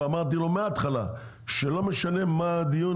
ואמרתי לו מההתחלה שלא משנה מה הדיון